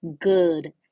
good